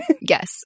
Yes